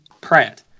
Pratt